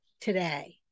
today